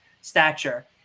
stature